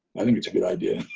i think it's a good idea.